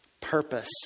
purpose